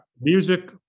music